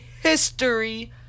history